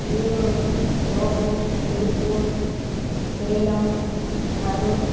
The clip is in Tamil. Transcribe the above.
ஈரோடு கோவை திருப்பூர் சேலம் கரூர்